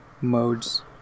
modes